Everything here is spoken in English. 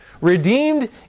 redeemed